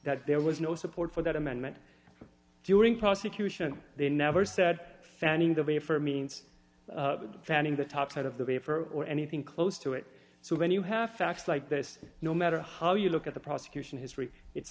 that there was no support for that amendment during prosecution they never said fanning the way for means planning the top side of the river or anything close to it so when you have facts like this no matter how you look at the prosecution history it